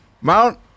Mount